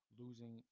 losing